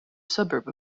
suburb